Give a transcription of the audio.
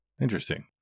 interesting